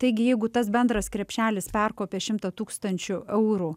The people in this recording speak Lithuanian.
taigi jeigu tas bendras krepšelis perkopia šimtą tūkstančių eurų